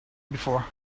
before